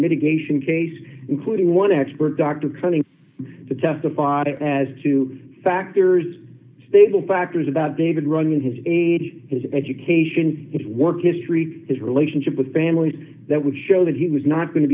mitigation case including one expert dr coming to testify as to factors stable factors about david running his age his education his work history his relationship with families that would show that he was not going to